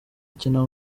akina